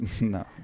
No